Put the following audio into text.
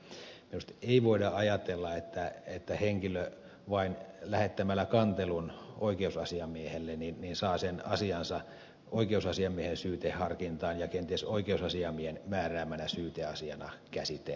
minusta ei voida ajatella että henkilö vain lähettämällä kantelun oikeusasiamiehelle saa sen asiansa oikeusasiamiehen syyteharkintaan ja kenties oikeusasiamiehen määräämänä syyteasiana käsitellyksi